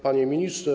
Panie Ministrze!